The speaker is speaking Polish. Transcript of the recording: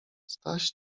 staś